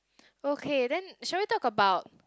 okay then shall we talk about